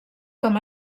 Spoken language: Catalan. com